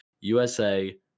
USA